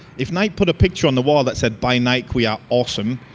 if nike put a picture on the wall that said buy nike we are awesome.